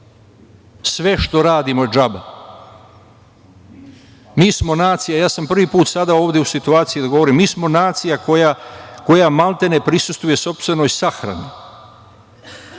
Sve što radimo je džaba. Ja sam prvi put sad ovde u situaciji da govorim. Mi smo nacija koja, maltene, prisustvuje sopstvenoj sahrani.